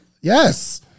yes